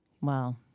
Wow